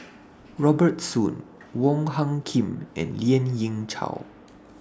Robert Soon Wong Hung Khim and Lien Ying Chow